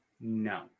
No